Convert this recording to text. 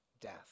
death